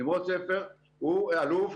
נמרוד שפר הוא אלוף,